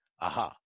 Aha